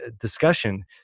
discussion